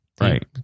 Right